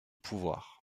pouvoir